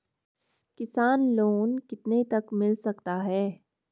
किसान लोंन कितने तक मिल सकता है?